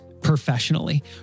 professionally